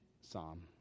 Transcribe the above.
psalm